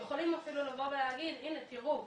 יכולים אפילו לבוא ולהגיד: הנה תראו,